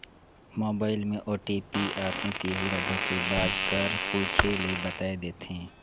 mobile में OTP आथे तेहू ल धोखेबाज कर पूछे ले बताए देथे